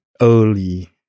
early